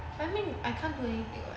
I mean I can't do anything [what]